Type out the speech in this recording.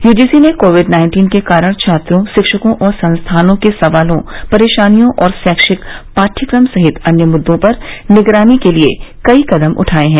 UGC ने covid nineteen के कारण छात्रों शिक्षकों और संस्थानों के सवालों परेशानियों और शैक्षिक पाठ्यक्रम सहित अन्य मुद्दों पर निगरानी के लिए कई कदम उठाए हैं